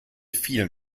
vielen